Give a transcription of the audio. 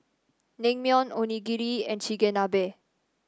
Naengmyeon Onigiri and Chigenabe